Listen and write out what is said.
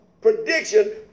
prediction